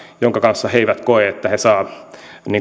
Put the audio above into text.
jonka kanssa he eivät koe että he saavat